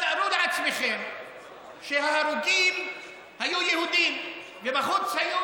תארו לעצמכם שההרוגים היו יהודים ובחוץ היו